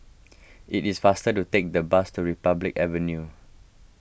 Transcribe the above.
it is faster to take the bus to Republic Avenue